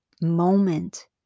moment